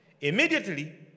Immediately